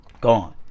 gone